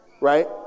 Right